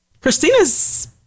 Christina's